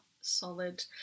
solid